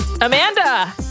Amanda